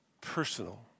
personal